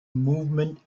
movement